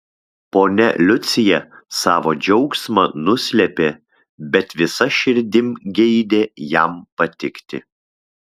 ponia liucija savo džiaugsmą nuslėpė bet visa širdim geidė jam patikti